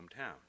hometown